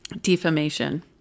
Defamation